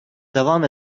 devam